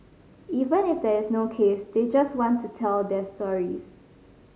even if there is no case they just want to tell their stories